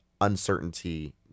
uncertainty